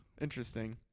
interesting